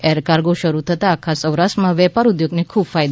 air cargo શરૂ થતાં આખા સૌરાષ્ટ્ર ના વેપાર ઉદ્યોગ ને ખૂબ ફાયદો થશે